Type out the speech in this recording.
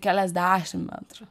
keliasdešim metrų